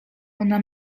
ona